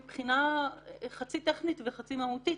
מבחינה חצי טכנית וחצי מהותית,